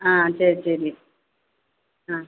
ஆ சரி சரி ஆ